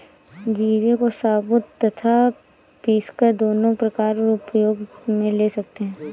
जीरे को साबुत तथा पीसकर दोनों प्रकार उपयोग मे ले सकते हैं